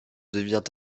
devient